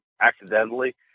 accidentally